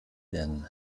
werden